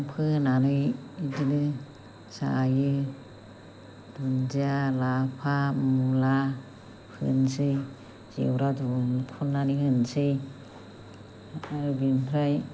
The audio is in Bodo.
मैगं फोनानै बेदिनो जायो दुन्दिया लाफा मुला फोनोसै जेवरा दुमखननानै होनसै आरो बिनिफ्राय